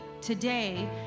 today